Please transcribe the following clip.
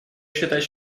считать